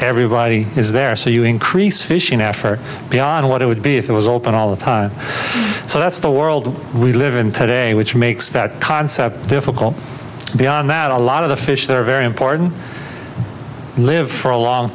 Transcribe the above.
everybody is there so you increase fishing after beyond what it would be if it was open all the time so that's the world we live in today which makes that concept difficult beyond that a lot of the fish that are very important lived for a long